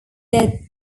their